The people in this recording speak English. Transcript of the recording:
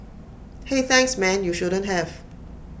hey thanks man you shouldn't have